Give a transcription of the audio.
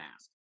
ask